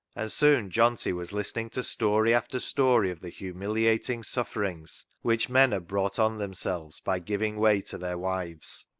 and soon johnty was listen ing to story after story of the humiliating sufferings which men brought on themselves by giving way to their wives,